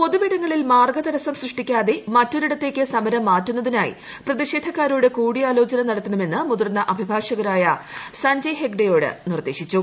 പൊതുവിടങ്ങളിൽ മാർഗ്ഗതടസ്സം സൃഷ്ടിക്കാളത് മറ്റൊരിടത്തേക്ക് സമരം മാറ്റുന്നതിനായി പ്രതിഷേധക്കാരോട് കൂടിയ്ക്ക്കോചന നടത്തണമെന്ന് മുതിർന്ന അഭിഭാഷകരായ സഞ്ജയ് ്ഹെഗ്ഡേയോട് നിർദ്ദേശിച്ചു